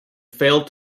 failed